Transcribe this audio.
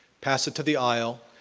pass it to the aisle.